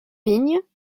vignes